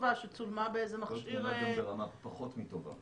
שזה דברים שנעשים --- ומגיעים באמת לאותן חברות ופותחים את המחשבים